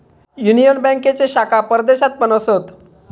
union बँकेचे शाखा परदेशात पण असत